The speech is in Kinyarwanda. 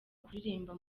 kuririmba